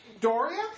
Doria